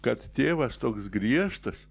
kad tėvas toks griežtas